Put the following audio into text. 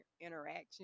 interaction